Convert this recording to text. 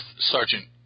Sergeant